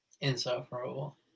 Insufferable